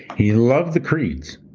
he loved the creeds,